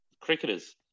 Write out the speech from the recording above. Cricketers